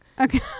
Okay